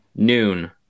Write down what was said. Noon